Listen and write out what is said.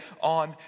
on